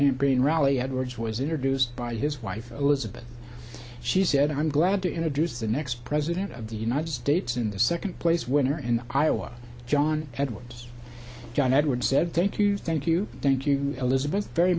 bring rally edwards was introduced by his wife elizabeth she said i'm glad to introduce the next president of the united states in the second place winner in iowa john edwards john edwards said thank you thank you thank you elizabeth very